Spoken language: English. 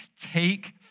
take